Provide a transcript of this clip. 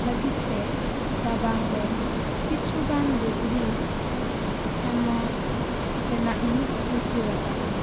ᱞᱟ ᱜᱤᱫ ᱛᱮ ᱨᱟᱵᱟᱝ ᱨᱮ ᱠᱤᱪᱷᱩᱜᱟᱱ ᱞᱩᱜᱽᱲᱤᱡ ᱮᱢᱚᱜ ᱨᱮᱱᱟᱜ ᱤᱧ ᱨᱤᱠᱟᱹᱣᱟᱠᱟᱫᱟ